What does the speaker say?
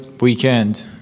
weekend